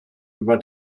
über